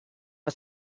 was